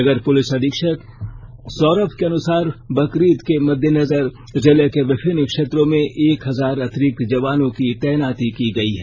नगर police अधीक्षक सौरभ के अनुसार बकरीद के मददेनजर जिले के विभिन्न क्षेत्रों में एक हजार अतिरिक्त जवानों की तैनाती की गई है